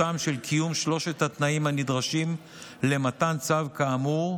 של קיום שלושת התנאים הנדרשים למתן צו כאמור,